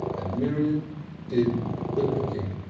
and miriam did the cooking.